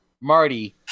Marty